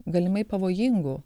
galimai pavojingų